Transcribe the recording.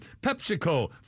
PepsiCo